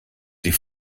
die